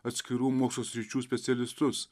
atskirų mokslo sričių specialistus